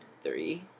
three